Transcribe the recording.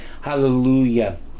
Hallelujah